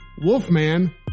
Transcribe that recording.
Wolfman